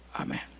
Amen